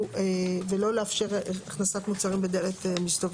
ואנחנו מעדכנים אותה בהתאם לניסוח החדש של סעיף 41. (3)